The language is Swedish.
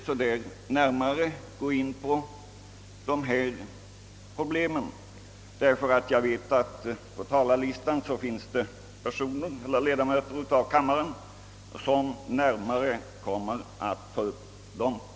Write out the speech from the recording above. Jag skall inte närmare ingå på dessa problem, eftersom jag vet att på talarlistan står upptagna ledamöter av denna kammare, vilka närmare kommer att ta upp dem.